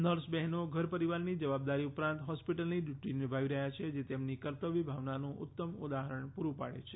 nurse બહેનો ઘર પરિવારની જવાબદારી ઉપરાંત હોસ્પિટલની ડ્યુટી નિભાવી રહ્યા છે જે તેમની કર્તવ્યભાવનાનું ઉત્તમ ઉદાહરણ પૂરું પાડે છે